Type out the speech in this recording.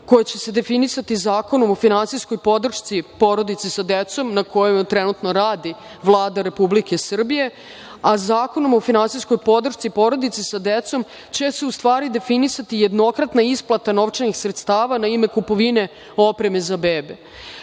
koja će se definisati Zakonom o finansijskoj podršci porodica sa decom, na kojoj trenutno radi Vlada Republike Srbije, a zakonom o finansijskoj podršci porodice sa decom će se u stvari definisati jednokratna isplata novčanih sredstava na ime kupovine opreme za bebe.